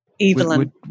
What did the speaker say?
Evelyn